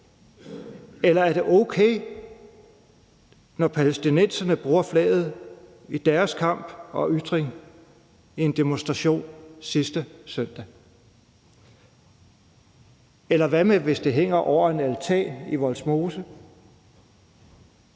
Eller er det okay, når palæstinenserne bruger flaget i deres kamp og ytring ved en demonstration sidste søndag? Hvad hvis det hænger på en altan i Vollsmose?